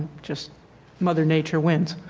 just mother nature wins.